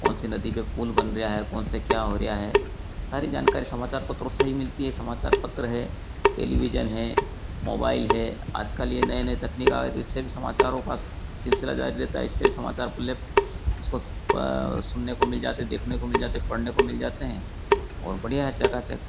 कौन सी नदी पर पुल बन रहा है कौन से क्या हो रहा है सारी जानकारी समाचार पत्रों से ही मिलती है समाचार पत्र है टेलीविजन है मोबाइल है आजकल यह नए नए तकनीक आ गए तो इससे भी समाचारों का सिलसिला जारी रहता है इससे भी समाचारों पहले उसको सुनने को मिल जाते देखने को मिल जाते पढ़ने को मिल जाते हें ओर बढ़िया है अच्छा ख़ासा